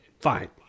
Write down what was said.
fine